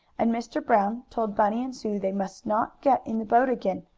and mr. brown told bunny and sue they must not get in the boat again,